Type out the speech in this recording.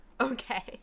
Okay